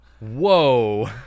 whoa